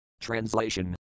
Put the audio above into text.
Translation